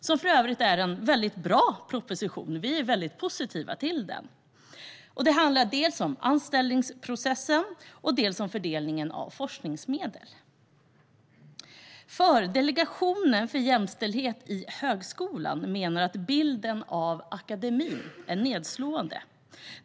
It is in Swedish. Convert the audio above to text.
Det är för övrigt en väldigt bra proposition; vi är väldigt positiva till den. Det handlar dels om frågan om anställningsprocessen, dels om fördelningen av forskningsmedel. Delegationen för jämställdhet i högskolan menar att bilden av akademin är nedslående.